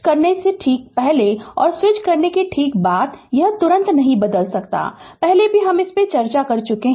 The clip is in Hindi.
स्विच करने से ठीक पहले और स्विच करने के ठीक बाद यह तुरंत नहीं बदल सकता है पहले भी हम इस पर चर्चा कर चुके हैं